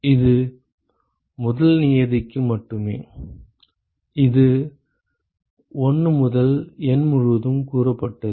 இது முதல் நியதிக்கு மட்டுமே அது 1 முதல் N முழுவதும் கூட்டப்பட்டது